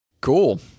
Cool